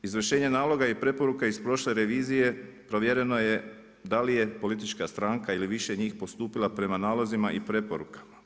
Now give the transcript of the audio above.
Izvršenje naloga i preporuka iz prošle revizije provjereno je da li je politička stranka ili više njih postupila prema nalozima i preporukama.